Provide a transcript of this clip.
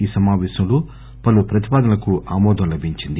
ఈ సమాపేశంలో పలు ప్రతిపాదనలకు ఆమోదం లభించింది